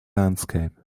landscape